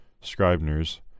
Scribner's